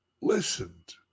listened